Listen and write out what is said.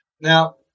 now